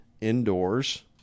indoors